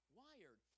wired